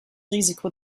risiko